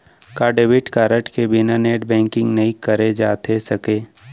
का debit card के बिना नेट बैंकिंग नई करे जाथे सके?